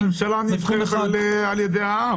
אבל הממשלה נבחרת על ידי העם.